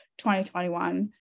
2021